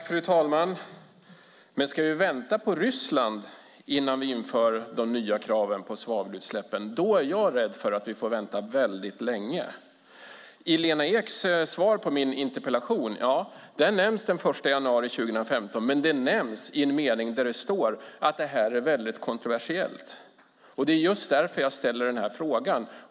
Fru talman! Men ska vi vänta på Ryssland innan vi inför de nya kraven för svavelutsläpp är jag rädd för att vi får vänta väldigt länge. I Lena Eks svar på min interpellation nämns den 1 januari 2015, men det nämns i en mening där det står att det är kontroversiellt. Det är just därför jag ställer frågan.